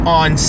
on